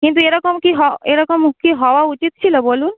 কিন্তু এরকম কি হ এরকম কি হওয়া উচিত ছিল বলুন